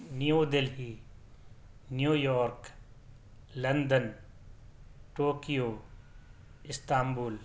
new Delhi New York London Tokyo Istanbul